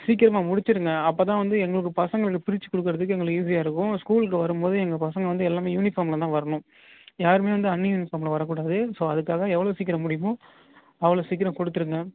சீக்கிரமாக முடிச்சுடுங்க அப்பதான் வந்து எங்களுக்கு பசங்களுக்கு பிரிச்சு கொடுக்குறதுக்கு எங்களுக்கு ஈஸியாகருக்கும் ஸ்கூல்க்கு வரும் போது எங்கள் பசங்கள் வந்து எல்லாமே யூனிஃபாமில் தான் வரணும் யாரும் வந்து அன்யூனிஃபாமில் வர கூடாது ஸோ அதுக்காக எவ்வளோ சீக்கிரம் முடியுமோ அவ்வளோ சீக்கிரம் கொடுத்துடுங்க